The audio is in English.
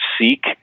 seek